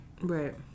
Right